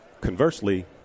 Conversely